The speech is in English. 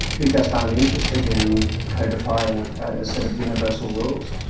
who just aren't interested in codifying a set of universal rules.